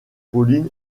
pauline